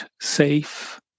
safe